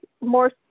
more